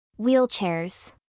Wheelchairs